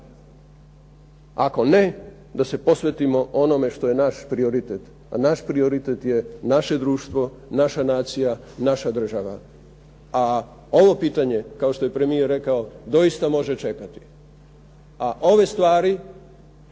ako ne da se posvetimo onome što je naš prioritet. A naš prioritet je naše društvo, naša nacija i naša država. A ovo pitanje, kao što je premijer rekao doista može čekati. A ove stvari